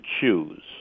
choose